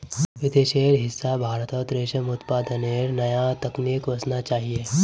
विदेशेर हिस्सा भारतत रेशम उत्पादनेर नया तकनीक वसना चाहिए